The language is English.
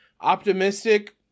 optimistic